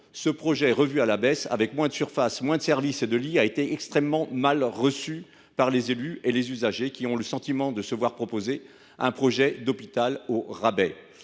Ce projet revu à la baisse, avec moins de surfaces, moins de services et de lits, a été extrêmement mal reçu par les élus et les usagers, qui ont le sentiment de se voir proposer un projet d’hôpital au rabais.